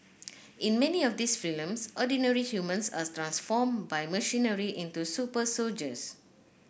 in many of these films ordinary humans are transformed by machinery into super soldiers